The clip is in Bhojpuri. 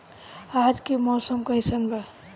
आज के मौसम कइसन बा?